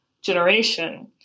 generation